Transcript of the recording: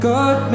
God